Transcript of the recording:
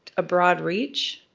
a broad reach,